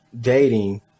dating